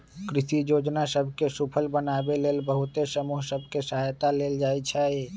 कृषि जोजना सभ के सूफल बनाबे लेल बहुते समूह सभ के सहायता लेल जाइ छइ